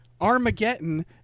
Armageddon